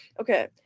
okay